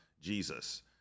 Jesus